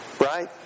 Right